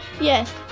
Yes